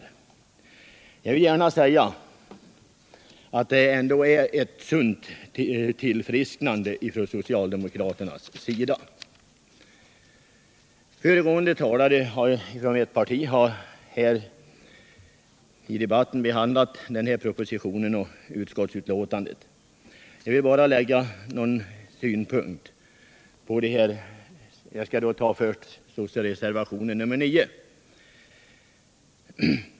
Men jag vill gärna säga att det är ett sunt tillfrisknande från socialdemokraternas sida. Föregående talare har här i debatten behandlat propositionen och utskottsbetänkandet, och jag vill bara framföra några synpunkter. Låt mig först ta reservationen 9.